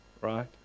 right